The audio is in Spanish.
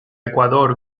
ecuador